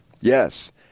Yes